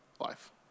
life